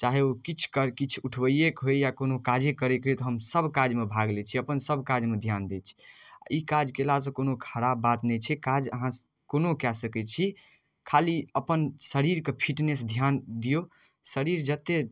चाहे ओ किछु किछु उठबैएके होइ या कोनो काजे करैके होइ तऽ हमसभ काजमे भाग लै छी अपन सबकाजमे धिआन दै छी ई काज कएलासँ कोनो खराब बात नहि छै काज अहाँ कोनो कऽ सकै छी खाली अपन शरीरके फिटनेस धिआन दिऔ शरीर जतेक